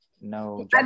no